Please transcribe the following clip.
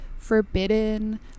forbidden